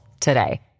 Today